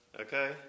Okay